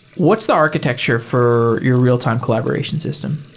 what's the architecture for your real-time collaboration system?